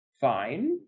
fine